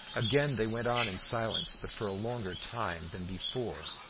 again they went on in silence, but for a longer time than before.